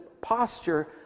posture